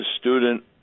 student